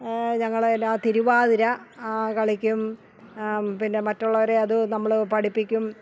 ഞങ്ങൾ എല്ലാ തിരുവാതിര കളിക്കും പിന്നെ മറ്റുള്ളവരെ അതു നമ്മൾ പഠിപ്പിക്കും